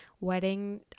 Wedding